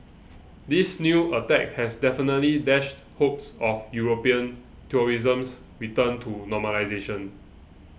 this new attack has definitely dashed hopes of European tourism's return to normalisation